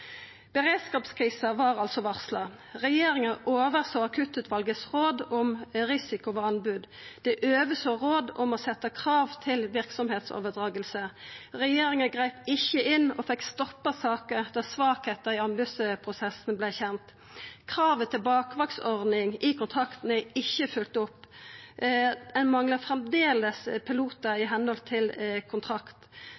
Beredskapskrisa var altså varsla. Regjeringa oversåg Akuttutvalets råd om risiko ved anbod. Dei oversåg råd om å setja krav til verksemdsoverdraging. Regjeringa greip ikkje inn og fekk stoppa saka da svakheiter i anbodsprosessen vart kjende. Kravet til bakvaktsordning i kontrakten er ikkje følgt opp. Ein manglar framleis pilotar